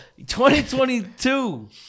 2022